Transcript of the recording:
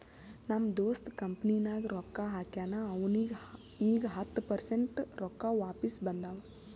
ನಮ್ ದೋಸ್ತ್ ಕಂಪನಿನಾಗ್ ರೊಕ್ಕಾ ಹಾಕ್ಯಾನ್ ಅವ್ನಿಗ ಈಗ್ ಹತ್ತ ಪರ್ಸೆಂಟ್ ರೊಕ್ಕಾ ವಾಪಿಸ್ ಬಂದಾವ್